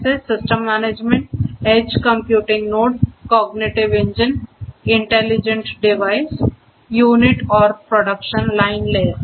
जैसे system management edge computing node cognitive engine intelligent device unit और production line layer